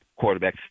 quarterbacks